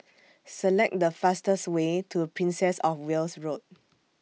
Select The fastest Way to Princess of Wales Road